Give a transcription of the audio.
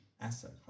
asset